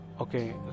Okay